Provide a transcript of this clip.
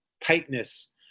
tightness